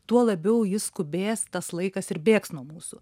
tuo labiau jis skubės tas laikas ir bėgs nuo mūsų